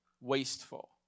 wasteful